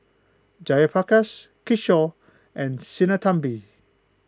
Jayaprakash Kishore and Sinnathamby